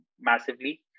massively